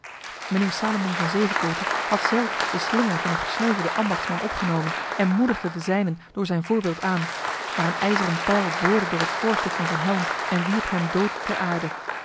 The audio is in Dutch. mijnheer salomon van zevekote had zelf de slinger van een gesneuvelde ambachtsman opgenomen en moedigde de zijnen door zijn voorbeeld aan maar een ijzeren pijl boorde door het voorstuk van zijn helm en wierp hem dood ter aarde